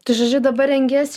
tai žodžiu dabar rengiesi